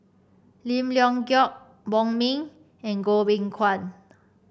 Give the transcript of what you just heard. Lim Leong Geok Wong Ming and Goh Beng Kwan